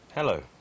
Hello